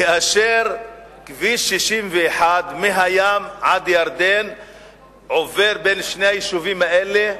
כאשר כביש 61 מהים עד ירדן עובר בין שני היישובים האלה,